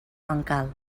bancal